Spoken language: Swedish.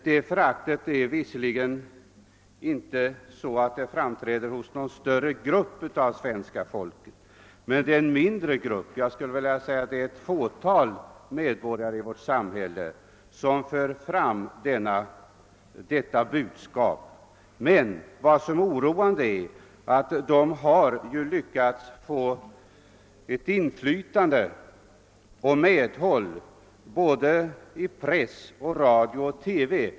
Detta förakt framträder inte hos någon större grupp av svenska folket utan hos en mindre grupp — det är ett fåtal medborgare som för fram detta budskap. Men det oroande är att dessa har lyckats få alltför stort inflytande och medhåll både i press, radio och TV.